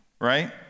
right